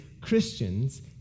Christians